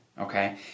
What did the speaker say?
okay